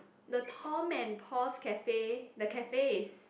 the Tom and Paul's Cafe the cafe is